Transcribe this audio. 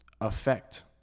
affect